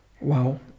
Wow